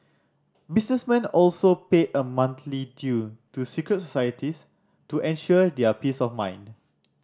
businessmen also paid a monthly due to secret societies to ensure their peace of mind